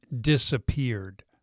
disappeared